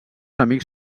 amics